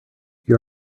your